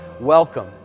welcome